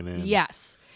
Yes